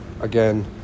again